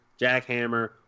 jackhammer